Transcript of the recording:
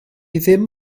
ddim